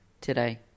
today